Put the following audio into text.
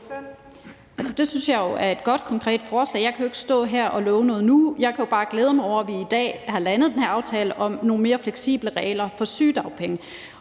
det synes jeg er et godt, konkret forslag. Jeg kan jo ikke stå her og love noget nu. Jeg kan bare glæde mig over, at vi i dag har landet den her aftale om nogle mere fleksible regler for sygedagpenge.